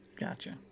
Gotcha